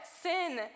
sin